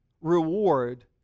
reward